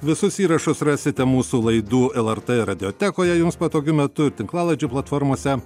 visus įrašus rasite mūsų laidų lrt radiotekoje jums patogiu metu ir tinklalaidžių platformose